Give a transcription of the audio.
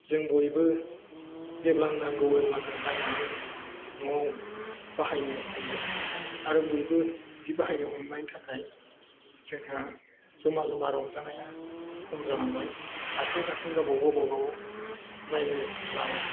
जों बयबो जेब्ला नांगौ अब्लानो बायनानै न'आव बाहायनो हमदों आरो बयबो बिदि बाहायनो हमनायनि थाखाय जोंहा जमा जमा रंजानाया खम जालांबाय हारसिं हारसिं गावबा गाव गावबा गाव नायनो लाबाय